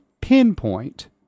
pinpoint